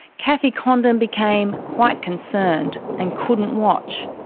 cathy condon became quite concerned and couldn't watch.